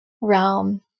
realm